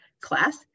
class